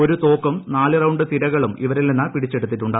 ഒരു തോക്കും നാല് റൌണ്ട് തിരകളും ഇവരിൽ നിന്ന് പിടിച്ചെടുത്തിട്ടുണ്ട്